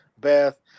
Beth